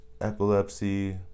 epilepsy